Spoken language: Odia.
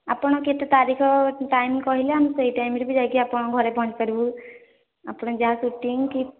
ଆପଣ କେତେ ତାରିଖ ଟାଇମ୍ କହିଲେ ଆମକୁ ଏହି ଟାଇମ୍ରେ ବି ଯାଇକି ଆପଣଙ୍କ ଘରେ ପହଞ୍ଚି ପାରିବୁ ଆପଣ ଯାହା ସୁଟିଙ୍ଗ୍ କି